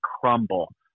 crumble